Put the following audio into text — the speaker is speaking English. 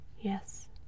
Yes